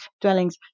dwellings